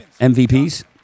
MVPs